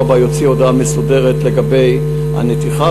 הבא יוציא הודעה מסודרת לגבי הנתיחה,